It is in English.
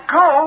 go